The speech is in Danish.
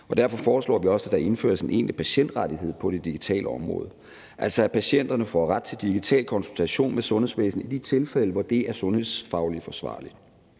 Derfor foreslår vi også, at der indføres en egentlig patientrettighed på det digitale område, altså at patienterne får ret til digital konsultation med sundhedsvæsenet i de tilfælde, hvor det er sundhedsfagligt forsvarligt.